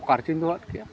ᱚᱠᱟ ᱨᱮᱪᱚᱧ ᱫᱚᱦᱚ ᱟᱫ ᱠᱮᱜᱼᱟ